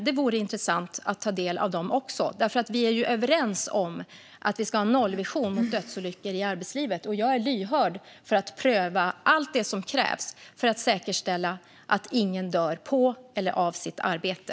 Det vore intressant att ta del av dem, för vi är överens om att vi ska ha en nollvision för dödsolyckor i arbetslivet. Jag är lyhörd inför att pröva allt som krävs för att säkerställa att ingen dör på eller av sitt arbete.